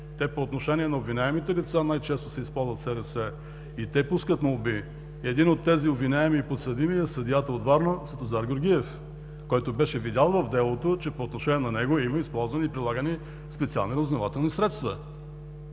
По отношение на обвиняемите лица най-често се използват СРС и те пускат молби. Един от тези обвиняеми и подсъдими е съдията от Варна Светлозар Георгиев, който беше видял в делото, че по отношение на него има използвани и прилагани специални разузнавателни средства,